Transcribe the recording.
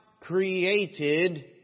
created